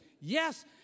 yes